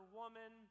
woman